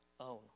own